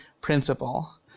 principle